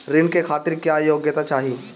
ऋण के खातिर क्या योग्यता चाहीं?